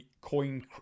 coin